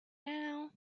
now